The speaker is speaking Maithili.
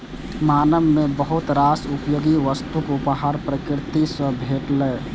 मानव कें बहुत रास उपयोगी वस्तुक उपहार प्रकृति सं भेटलैए